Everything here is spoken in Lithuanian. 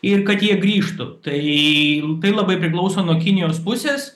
ir kad jie grįžtų tai tai labai priklauso nuo kinijos pusės